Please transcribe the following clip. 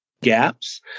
gaps